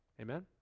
Amen